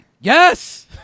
Yes